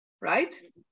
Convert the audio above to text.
right